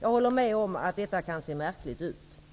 Jag håller med om att detta kan se märkligt ut.